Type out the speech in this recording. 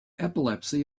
epilepsy